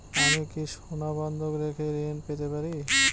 আমি কি সোনা বন্ধক রেখে ঋণ পেতে পারি?